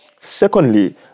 Secondly